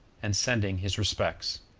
and sending his respects.